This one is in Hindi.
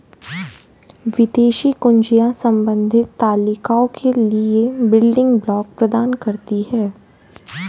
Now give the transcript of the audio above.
विदेशी कुंजियाँ संबंधित तालिकाओं के लिए बिल्डिंग ब्लॉक प्रदान करती हैं